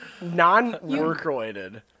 non-work-related